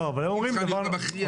היא צריכה להיות המכריעה.